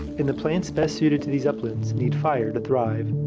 and the plants best suited to these uplands need fire to thrive.